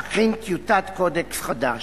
להכין טיוטת קודקס חדש.